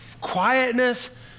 Quietness